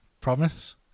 Promise